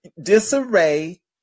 disarray